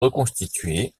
reconstituée